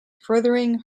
furthering